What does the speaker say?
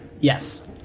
Yes